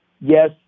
yes